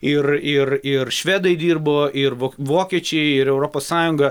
ir ir ir švedai dirbo ir vokiečiai ir europos sąjunga